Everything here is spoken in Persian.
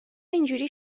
اینجوری